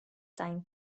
time